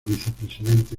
vicepresidente